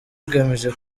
igamije